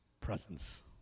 presence